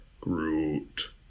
Groot